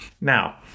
Now